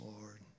Lord